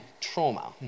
trauma